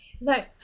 no